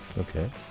okay